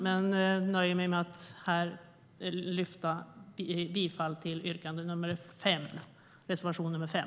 Men jag nöjer mig med att här yrka bifall till reservation nr 5.